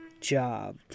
job